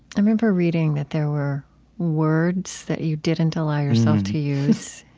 i remember reading that there were words that you didn't allow yourself to use